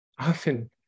often